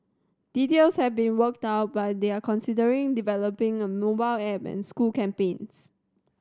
details have being worked out but they are considering developing a mobile app and school campaigns